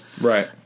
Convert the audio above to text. Right